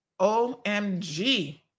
OMG